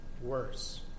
worse